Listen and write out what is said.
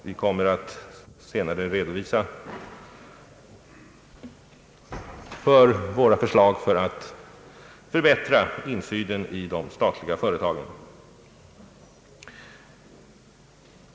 Vi kommer senare att redovisa våra förslag till förbättrad insyn i de statliga företagen.